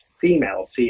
female